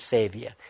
Savior